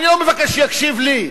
אני לא מבקש שיקשיב לי,